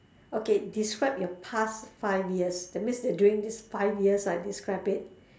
okay describe your past five years that means that during these five years right describe it